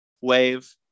wave